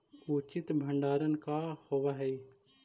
उचित भंडारण का होव हइ?